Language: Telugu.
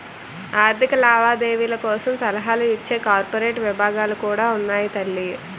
ఆర్థిక లావాదేవీల కోసం సలహాలు ఇచ్చే కార్పొరేట్ విభాగాలు కూడా ఉన్నాయి తల్లీ